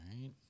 right